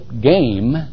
game